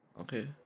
okay